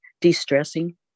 de-stressing